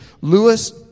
Lewis